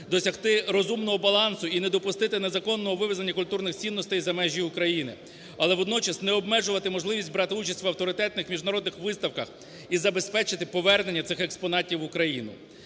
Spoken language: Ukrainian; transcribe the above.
досягти розумного балансу і не допустити незаконного вивезення культурних цінностей за межі України. Але водночас, не обмежувати можливість брати участь в авторитетних міжнародних виставках і забезпечити повернення цих експонатів в Україну.